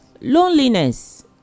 loneliness